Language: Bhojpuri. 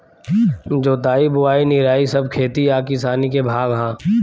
जोताई बोआई निराई सब खेती आ किसानी के भाग हा